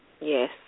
Yes